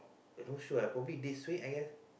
not sure eh probably this week I guess